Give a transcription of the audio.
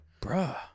Bruh